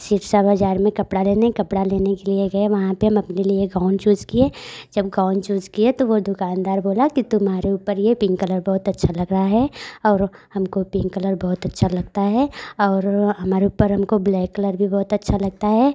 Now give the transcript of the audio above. सिरसा बाज़ार में कपड़ा लेने कपड़ा लेने के लिए गए वहाँ पर हम अपने लिए गौन चूज़ किए जब गौन चूज़ किए तो वो दुकानदार बोला कि तुम्हारे ऊपर ये पिंक कलर बहुत अच्छा लग रहा है और हमको पिंक कलर बहुत अच्छा लगता है और हमारे ऊपर हमको ब्लैक कलर भी बहुत अच्छा लगता है